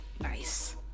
nice